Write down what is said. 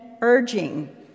urging